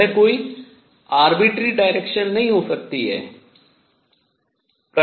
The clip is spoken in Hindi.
यह कोई मनमानी दिशा नहीं हो सकती है